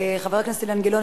חבר הכנסת אילן גילאון,